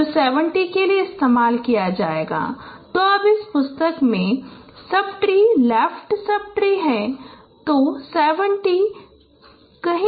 तो 70 के लिए इस्तेमाल किया जाएगा तो अब इस पुस्तक में subtree left subtree हैं तो 70 यहाँ कहीं हो सकते हैं